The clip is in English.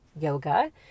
yoga